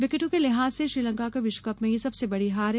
विकेटों के लिहाज से श्रीलंका की विश्व कप में यह सबसे बड़ी हार है